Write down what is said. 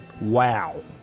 Wow